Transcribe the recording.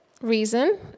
reason